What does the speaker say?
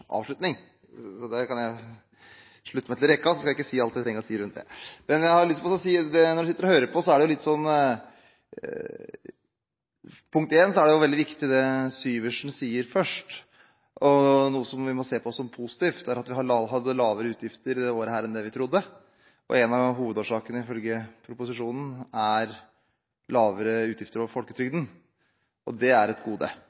avslutning. Der kan jeg slutte meg til rekken, så skal jeg ikke si alt jeg trenger å si om det. Jeg har sittet og hørt på og har for det første lyst til å si at det som representanten Syversen sa først, er veldig viktig. Noe vi må se på som positivt, er at vi hadde lavere utgifter dette året enn vi trodde. En av hovedårsakene, ifølge proposisjonen, er lavere utgifter over folketrygden. Det er et gode,